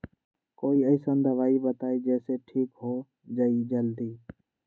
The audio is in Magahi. कोई अईसन दवाई बताई जे से ठीक हो जई जल्दी?